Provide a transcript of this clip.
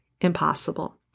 impossible